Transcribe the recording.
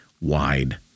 wide